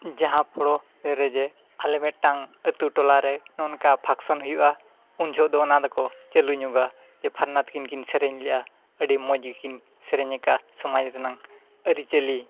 ᱡᱟᱦᱟᱸ ᱯᱨᱳ ᱨᱮᱜᱮ ᱟᱞᱮ ᱢᱤᱫᱴᱟᱝ ᱟᱛᱳᱼᱴᱚᱞᱟᱨᱮ ᱱᱚᱜᱼᱚ ᱱᱚᱠᱟ ᱦᱩᱭᱩᱜᱼᱟ ᱩᱱ ᱡᱚᱦᱚᱜ ᱫᱚ ᱚᱱᱟ ᱫᱚᱠᱚ ᱪᱟᱹᱞᱩ ᱧᱚᱜᱟ ᱡᱮ ᱯᱷᱟᱞᱱᱟ ᱛᱟᱹᱠᱤᱱ ᱠᱤᱱ ᱥᱮᱨᱮᱧ ᱞᱮᱫᱼᱟ ᱟᱹᱰᱤ ᱢᱚᱡᱽ ᱜᱮᱠᱤᱱ ᱥᱮᱨᱮᱧ ᱟᱠᱟᱫᱼᱟ ᱥᱚᱢᱟᱡᱽ ᱨᱮᱱᱟᱜ ᱟᱹᱨᱤᱼᱪᱟᱹᱞᱤ